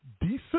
decent